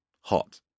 hot